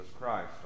Christ